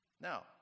Now